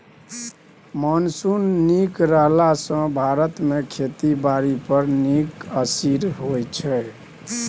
monsoon नीक रहला सँ भारत मे खेती बारी पर नीक असिर होइ छै